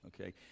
okay